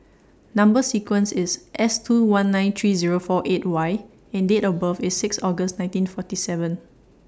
Number sequence IS S two one nine three Zero four eight Y and Date of birth IS six August nineteen forty seven